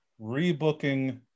rebooking